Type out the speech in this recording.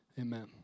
Amen